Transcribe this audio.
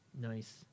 Nice